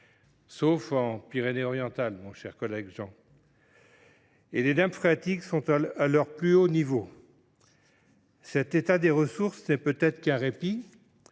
les Pyrénées Orientales, mon cher Jean Sol – et les nappes phréatiques sont à leur plus haut niveau. Cet état des ressources n’est peut être qu’un répit,